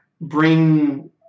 bring